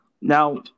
Now